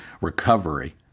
recovery